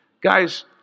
Guys